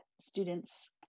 students